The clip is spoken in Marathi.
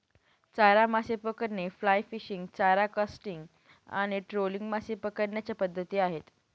चारा मासे पकडणे, फ्लाय फिशिंग, चारा कास्टिंग आणि ट्रोलिंग मासे पकडण्याच्या पद्धती आहेत